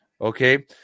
okay